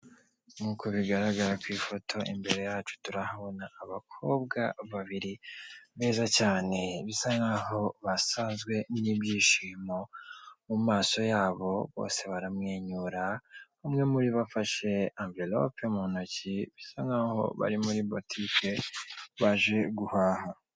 Nk'uko bigaragara ku ifoto imbere yacu turahabona abakobwa babiri beza cyane bisa nkaho basazwe n'ibyishimo, mu maso yabo bose baramwenyura umwe muri bo afashe amverope mu ntoki bisa nkaho bari muri boutique baje guhaha.